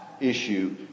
issue